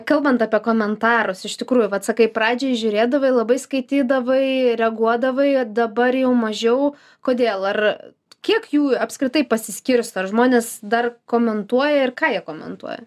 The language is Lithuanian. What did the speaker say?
kalbant apie komentarus iš tikrųjų vat sakai pradžiai žiūrėdavai labai skaitydavai reaguodavai dabar jau mažiau kodėl ar kiek jų apskritai pasiskirsto ar žmonės dar komentuoja ir ką jie komentuoja